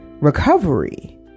recovery